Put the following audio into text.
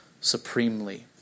supremely